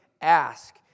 ask